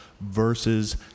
versus